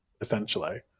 essentially